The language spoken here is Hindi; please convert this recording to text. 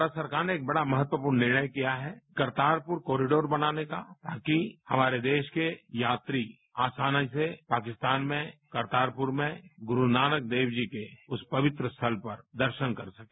भारत सरकार ने एक बडा महत्वपुर्ण निर्णय किया है करतारपुर कोरिडोर बनाने का ताकि हमारे देश के यात्री आसानी से पाकिस्तान में करतारपुर में गुरू नानक देव जी के उस पवित्र स्थल पर दर्शन कर सके